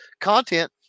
content